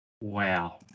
Wow